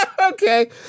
okay